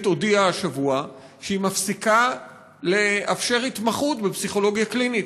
הודיעה השבוע שהיא מפסיקה לאפשר התמחות בפסיכולוגיה קלינית.